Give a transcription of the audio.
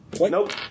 Nope